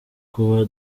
kuba